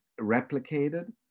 replicated